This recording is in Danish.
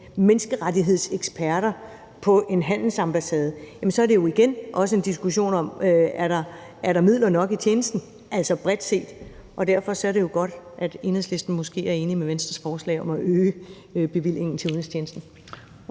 menneskerettighedseksperter på en handelsambassade, er det jo igen også en diskussion om, om der er midler nok i tjenesten bredt set, og derfor er det jo godt, at Enhedslisten måske er enig med os i Venstre med hensyn til forslaget om at øge bevillingen til udenrigstjenesten.